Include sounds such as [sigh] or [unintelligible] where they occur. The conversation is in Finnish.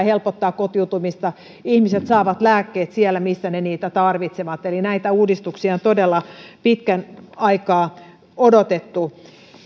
[unintelligible] helpottaa kotiutumista ihmiset saavat lääkkeet siellä missä he niitä tarvitsevat näitä uudistuksia on todella pitkän aikaa odotettu